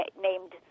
named